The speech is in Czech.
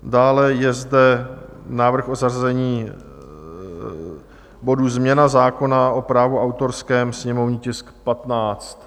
Dále je zde návrh na zařazení bodu Změna zákona o právu autorském, sněmovní tisk 15.